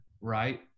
right